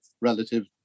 relative